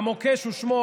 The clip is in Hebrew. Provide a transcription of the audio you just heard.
המוקש ששמו,